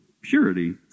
purity